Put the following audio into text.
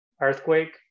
earthquake